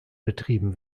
betrieben